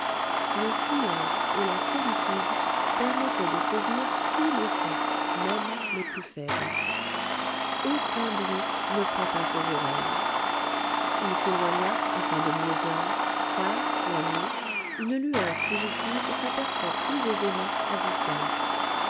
le silence et la solitude permettaient de saisir tous les sons même les plus faibles aucun bruit ne frappa ses oreilles il s'éloigna afin de mieux voir car la nuit une lueur fugitive s'aperçoit plus aisément à distance